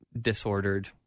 disordered